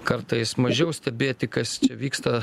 kartais mažiau stebėti kas vyksta